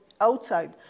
outside